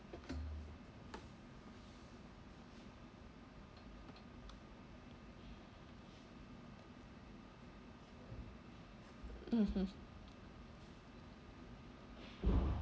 mmhmm